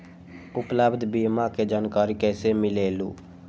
उपलब्ध बीमा के जानकारी कैसे मिलेलु?